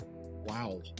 Wow